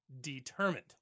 determined